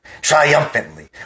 triumphantly